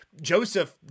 Joseph